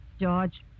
George